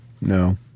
No